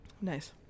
nice